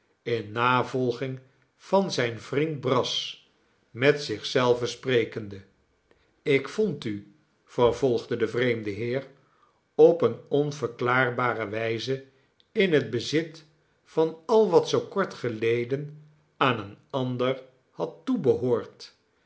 in navolging van zijn vriend brass met zich zelven sprekende ik vond u vervolgde de vreemde heer op eene onverklaarbare wijze in het bezit van al wat zoo kort geleden aan een ander had toebehoord